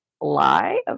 lie